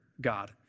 God